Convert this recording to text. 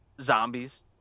Zombies